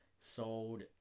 sold